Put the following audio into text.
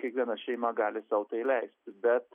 kiekviena šeima gali sau tai leisti bet